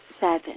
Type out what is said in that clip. seven